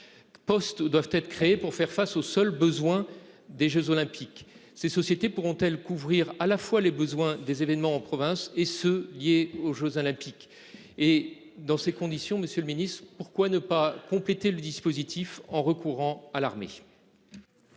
Postes doivent être créés pour faire face aux seuls besoins des Jeux olympiques. Ces sociétés pourront-elles couvrir à la fois les besoins des événements en province et ceux liés aux Jeux olympiques et dans ces conditions, monsieur le Ministre, pourquoi ne pas compléter le dispositif en recourant à l'armée.--